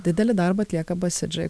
didelį darbą atlieka basidžai